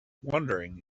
wondering